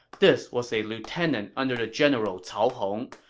this was a lieutenant under the general cao hong.